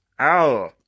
Ow